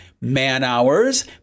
man-hours